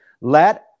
Let